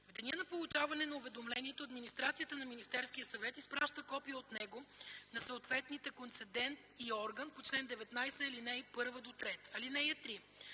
В деня на получаване на уведомлението администрацията на Министерския съвет изпраща копия от него на съответните концедент и орган по чл. 19, ал. 1-3. (3)